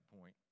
point